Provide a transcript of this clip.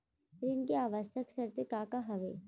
ऋण के आवश्यक शर्तें का का हवे?